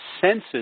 senses